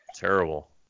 terrible